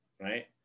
Right